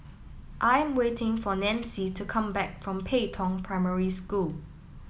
I'm waiting for Nancie to come back from Pei Tong Primary School